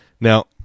Now